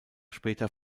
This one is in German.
später